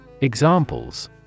Examples